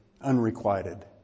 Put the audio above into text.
Unrequited